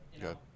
Good